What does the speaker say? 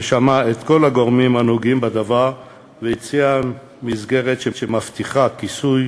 שמע את כל הגורמים הנוגעים בדבר והציע מסגרת שמבטיחה כיסוי